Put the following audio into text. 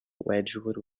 wedgwood